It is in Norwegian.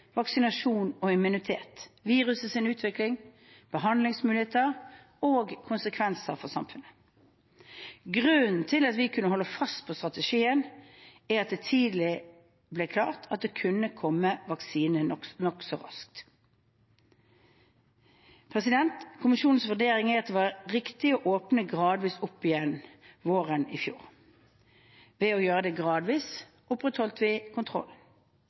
vaksinasjon og immunitet, virusets utvikling, behandlingsmuligheter og konsekvenser for samfunnet. Grunnen til at vi har kunnet holde fast på strategien, er at det tidlig ble klart at det kunne komme vaksine nokså raskt. Kommisjonens vurdering er at det var riktig å åpne gradvis opp gjennom våren i fjor. Ved å gjøre det gradvis opprettholdt vi